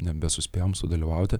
nebesuspėjom sudalyvauti